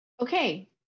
okay